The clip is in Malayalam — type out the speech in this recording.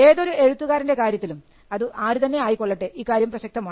ഏതൊരു എഴുത്തുകാരൻറെ കാര്യത്തിലും അത് ആരു തന്നെ ആയിക്കൊള്ളട്ടെ ഇക്കാര്യം പ്രസക്തമാണ്